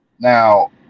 Now